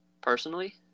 personally